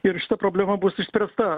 ir šita problema bus išspręsta